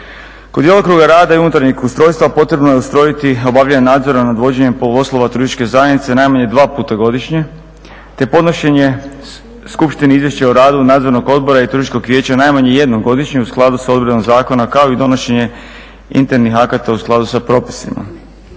Kod djelokruga i unutarnjeg ustrojstvo potrebno je ustrojiti obavljene nadzore nad vođenjem poslova turističke zajednice najmanje dva puta godišnje te podnošenje skupštini izvješća o radu Nadzornog odbora i Turističkog vijeća najmanje jednom godišnje u skladu s odredbama zakona, kao i donošenje internih akata u skladu sa propisima.